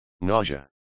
Nausea